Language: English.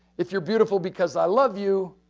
if you're beautiful because i love you,